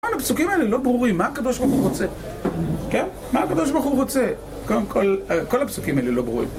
כל הפסוקים האלה לא ברורים, מה הקדןש ברוך רוצה, כן? מה הקדוש ברוך הוא רוצה? כל הפסוקים האלה לא ברורים.